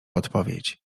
odpowiedź